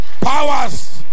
Powers